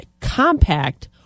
compact